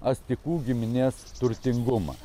astikų giminės turtingumą